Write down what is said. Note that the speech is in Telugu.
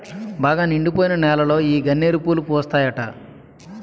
బాగా నిండిపోయిన నేలలో ఈ గన్నేరు పూలు పూస్తాయట